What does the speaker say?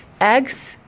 eggs